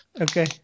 Okay